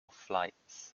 flights